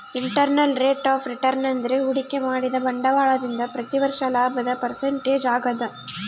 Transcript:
internal rate of return ಅಂದ್ರೆ ಹೂಡಿಕೆ ಮಾಡಿದ ಬಂಡವಾಳದಿಂದ ಪ್ರತಿ ವರ್ಷ ಲಾಭದ ಪರ್ಸೆಂಟೇಜ್ ಆಗದ